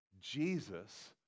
jesus